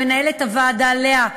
למנהלת הוועדה לאה,